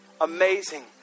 Amazing